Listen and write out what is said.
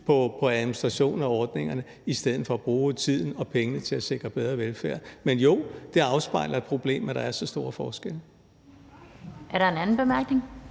på administration af ordningerne i stedet for at bruge tiden og pengene på at sikre bedre velfærd. Men jo, det afspejler et problem, at der er så store forskelle.